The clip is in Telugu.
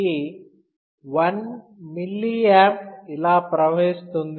ఈ 1mA ఇలా ప్రవహిస్తుంది